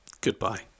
goodbye